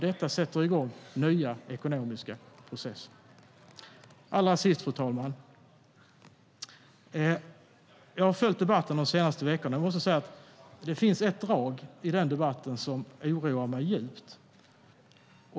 Detta sätter igång nya ekonomiska processer. Allra sist, fru talman: Jag har följt debatten de senaste veckorna och måste säga att det finns ett drag i debatten som oroar mig djupt.